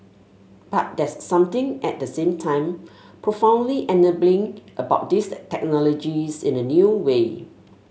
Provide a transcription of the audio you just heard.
but there's something at the same time profoundly enabling about these technologies in a new way